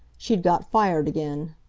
she'd got fired again.